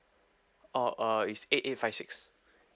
oh uh it's eight eight five six